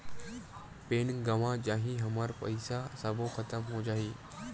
Pan गंवा जाही हमर पईसा सबो खतम हो जाही?